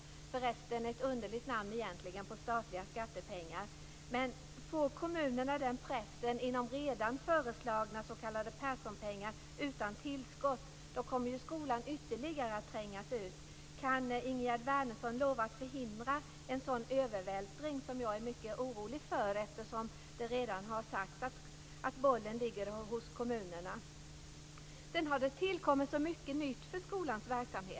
Förresten är det egentligen ett underligt namn på statliga skattepengar. Får kommunerna den här pressen med de redan föreslagna s.k. Perssonpengarna utan tillskott så kommer skolan ytterligare att trängas ut. Kan Ingegerd Wärnersson lova att förhindra en sådan övervältring som jag är mycket orolig för eftersom det redan har sagts att bollen ligger hos kommunerna? Sedan har det tillkommit så mycket nytt vad gäller skolans verksamhet.